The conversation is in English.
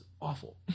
awful